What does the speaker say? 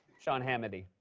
sean ham-ity.